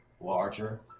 larger